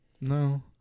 no